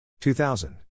2000